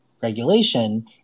regulation